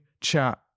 chat